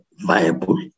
viable